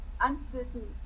uncertain